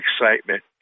excitement